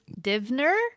Divner